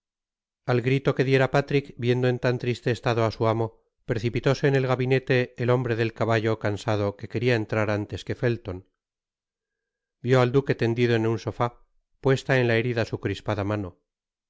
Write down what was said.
al grito que diera patrick viendo en tan triste estado á su amo precipitóse en el gabinete el hombre del caballo cansado que queria entrar antes que felton vió al duque tendido en un sofá puesta en la herida su crispada mano